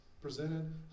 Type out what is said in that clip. presented